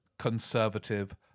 conservative